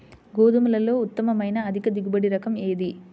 గోధుమలలో ఉత్తమమైన అధిక దిగుబడి రకం ఏది?